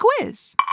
quiz